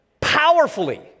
powerfully